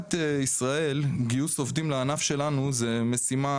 במדינת ישראל גיוס עובדים ענף שלנו זו משימה